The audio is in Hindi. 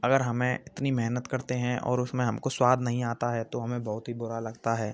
अगर हमें इतनी मेहनत करते हैं और उसमें हमको स्वाद नहीं आता है तो हमें बहुत ही बुरा लगता है